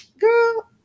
Girl